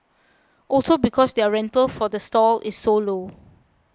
also because their rental for the stall is so low